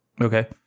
okay